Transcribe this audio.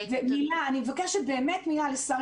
אני מבקשת באמת מילה לשרי,